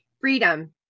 freedom